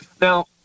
Now